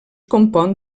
compon